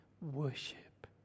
worship